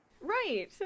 Right